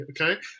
okay